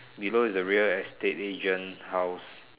below is the real estate agent house